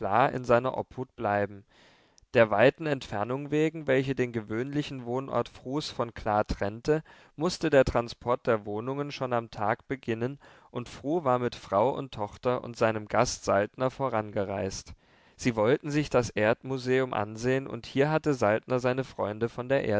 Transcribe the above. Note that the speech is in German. in seiner obhut bleiben der weiten entfernung wegen welche den gewöhnlichen wohnort frus von kla trennte mußte der transport der wohnungen schon am tag beginnen und fru war mit frau und tochter und seinem gast saltner vorangereist sie wollten sich das erdmuseum ansehen und hier hatte saltner seine freunde von der